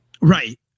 Right